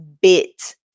bit